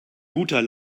guter